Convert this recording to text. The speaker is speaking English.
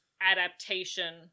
adaptation